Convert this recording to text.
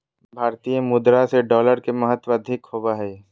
भारतीय मुद्रा से डॉलर के महत्व अधिक होबो हइ